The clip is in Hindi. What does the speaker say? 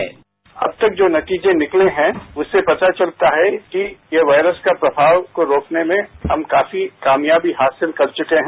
साउंड बाईट अब तक जो नतीजे निकले हैं उससे पता चलता है कि ये वायरस का प्रभाव रोकने में हम काफी कामयाबी हासिल कर चुके हैं